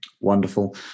Wonderful